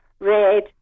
red